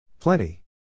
Plenty